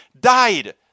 Died